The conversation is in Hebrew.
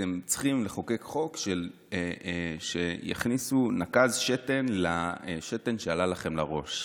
אתם צריכים לחוקק חוק שיכניסו נקז שתן לשתן שעלה לכם לראש.